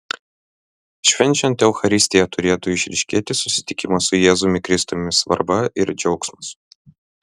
švenčiant eucharistiją turėtų išryškėti susitikimo su jėzumi kristumi svarba ir džiaugsmas